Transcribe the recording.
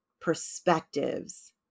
perspectives